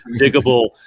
diggable